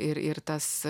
ir ir tas